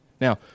Now